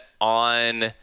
on